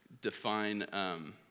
define